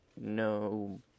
no